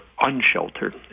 unsheltered